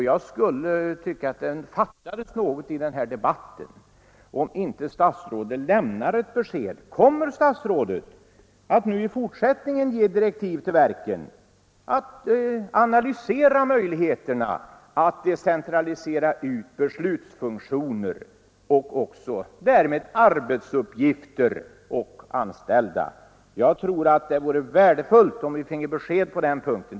Det skulle fattas något i den här debatten om inte statsrådet lämnar besked om huruvida han i fortsättningen kommer att ge direktiv till verken att analysera möjligheterna till decentralisering av beslutsfunktioner och därmed också arbetsuppgifter som innebär att de anställda får flytta. Det vore värdefullt om vi fick besked på den punkten.